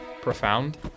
profound